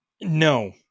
No